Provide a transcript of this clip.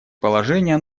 положения